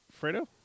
Fredo